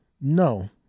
no